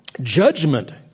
judgment